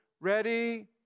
Ready